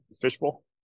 fishbowl